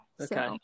okay